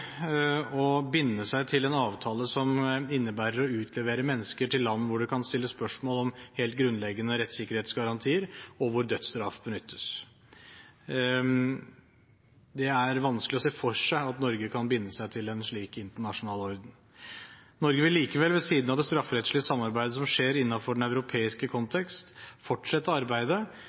binde seg til en avtale som innebærer å utlevere mennesker til land hvor det kan stilles spørsmål om helt grunnleggende rettssikkerhetsgarantier, og hvor dødsstraff benyttes. Det er vanskelig å se for seg at Norge kan binde seg til en slik internasjonal orden. Norge vil likevel ved siden av det strafferettslige samarbeidet som skjer innenfor den europeiske kontekst, fortsette arbeidet